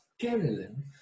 Carolyn